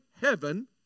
heaven